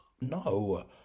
no